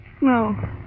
No